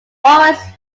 always